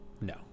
No